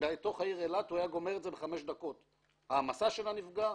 שבתוך העיר אילת הוא היה מסיים את זה בחמש דקות: העמסת הנפגע,